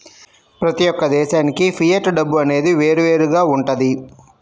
ప్రతి యొక్క దేశానికి ఫియట్ డబ్బు అనేది వేరువేరుగా వుంటది